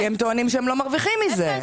כי הם טוענים שהם לא מרוויחים מזה.